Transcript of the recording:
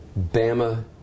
Bama